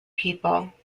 people